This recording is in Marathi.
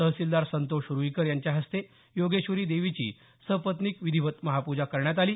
तहसीलदार संतोष रूईकर यांच्याहस्ते योगेश्वरी देवीची सपत्निक विधीवत महापूजा करण्यात आली